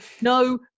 No